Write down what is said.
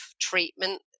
treatment